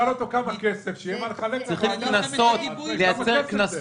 תשאל אותו כמה כסף זה --- צריכים לייצר קנסות